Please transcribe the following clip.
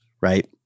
right